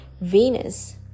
venus